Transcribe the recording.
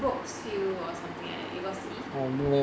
brooksville or something like that it was he